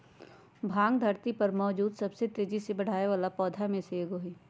भांग धरती पर मौजूद सबसे तेजी से बढ़ेवाला पौधा में से एगो हई